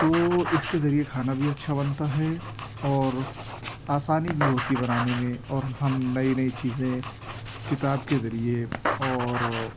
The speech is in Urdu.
تو اس کے ذریعہ کھانا بھی اچھا بنتا ہے اور آسانی بھی ہوتی ہے بنانے میں اور ہم نئی نئی چیزیں کتاب کے ذریعہ اور